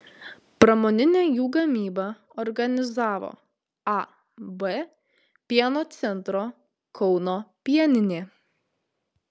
pramoninę jų gamybą organizavo ab pieno centro kauno pieninė